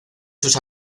sus